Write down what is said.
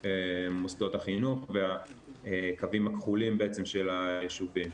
מוסדות החינוך והקווים הכחולים של היישובים.